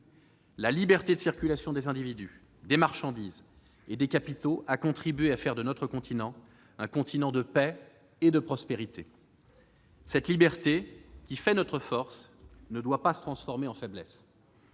La liberté de circulation des individus, des marchandises et des capitaux a contribué à faire de notre continent un continent de paix et de prospérité. Cette liberté, qui fait notre force, ne doit pas se transformer en faiblesse.